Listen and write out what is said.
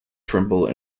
trimble